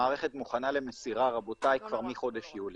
המערכת מוכנה למסירה, רבותיי, כבר מחודש יולי.